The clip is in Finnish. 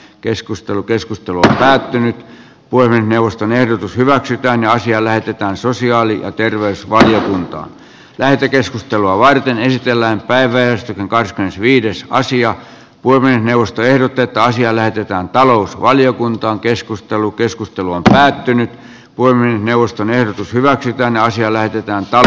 keskustelu keskustelu on päättynyt voimme neuvoston ehdotus hyväksytään naisia lähetetään sosiaali ja terveysvaliokuntaa lähetekeskustelua varten esitellään päivälehti glas viidessä asia kuin neuvosto ehdotti että asia lähetetään talousvaliokuntaan keskustelu keskustelu on päättynyt voimme neuvoston ehdotus hyväksytään naisia löytyy taas